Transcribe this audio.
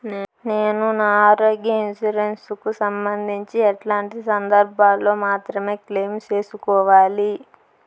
నేను నా ఆరోగ్య ఇన్సూరెన్సు కు సంబంధించి ఎట్లాంటి సందర్భాల్లో మాత్రమే క్లెయిమ్ సేసుకోవాలి?